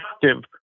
productive